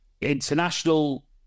international